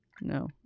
no